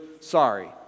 Sorry